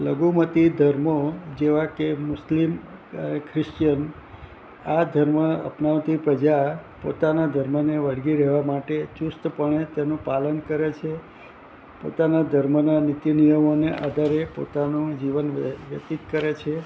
લઘુમતી ધર્મો જેવા કે મુસ્લિમ ક્રિશ્ચયન આ ધર્મ અપનાવતી પ્રજા પોતાના ધર્મને વળગી રહેવા માટે ચુસ્તપણે તેનું પાલન કરે છે પોતાના ધર્મના નીતી નિયમોને આધારે પોતાનું જીવન વ્યતીત કરે છે